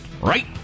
right